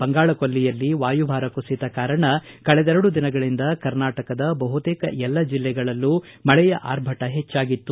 ಬಂಗಾಳ ಕೊಲ್ಲಿಯಲ್ಲಿ ವಾಯುಭಾರ ಕುಸಿದ ಕಾರಣ ಕಳೆದೆರಡು ದಿನಗಳಂದ ಕರ್ನಾಟಕದ ಬಹುತೇಕ ಎಲ್ಲ ಜಲ್ಲೆಗಳಲ್ಲೂ ಮಳೆಯ ಆರ್ಭಟ ಹೆಚ್ಚಾಗಿತ್ತು